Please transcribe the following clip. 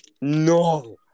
No